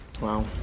Wow